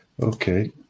okay